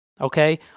okay